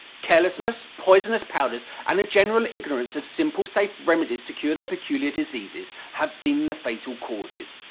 carelessness, poisonous powders, and a general ignorance of simple safe remedies to cure their peculiar diseases, have been the fatal causes.